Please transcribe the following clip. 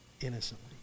innocently